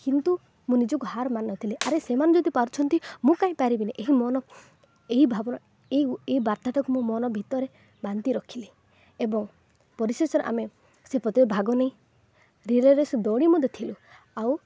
କିନ୍ତୁ ମୁଁ ନିଜକୁ ହାର ମାନିନଥିଲି ଆରେ ସେମାନେ ଯଦି ପାରୁଛନ୍ତି ମୁଁ କାଇଁ ପାରିବିନି ଏହି ମନ ଏହି ଭାବନା ଏହି ଏହି ବାର୍ତ୍ତାଟାକୁ ମୋ ମନ ଭିତରେ ବାନ୍ଧି ରଖିଲି ଏବଂ ପରିଶେଷର ଆମେ ସେ ପ୍ରତିଯୋଗିତାରେ ଭାଗ ନେଇ ରିଲେ ରେସ୍ ଦୌଡ଼ି ମଧ୍ୟ ଥିଲୁ ଆଉ